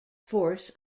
force